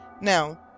Now